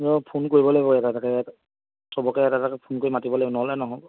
phone কৰিব লাগিব এটা এটাকৈ সবকে এটা এটাকৈ ফোন কৰি মাতিব লাগিব নহ'লে নহ'ব